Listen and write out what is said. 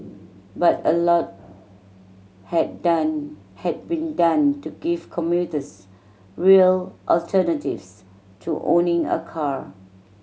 but a lot had done had been done to give commuters real alternatives to owning a car